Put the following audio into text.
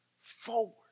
forward